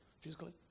physically